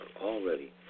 already